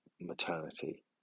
maternity